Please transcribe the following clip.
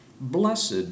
Blessed